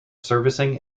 servicing